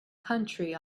country